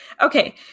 Okay